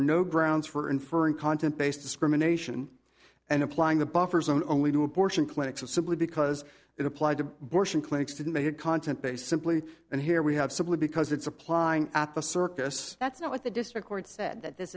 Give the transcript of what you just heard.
are no grounds for inferring content based discrimination and applying the buffer zone only to abortion clinics or simply because it applied to bush and clinics didn't they had content they simply and here we have simply because it's applying at the circus that's not what the district court said that this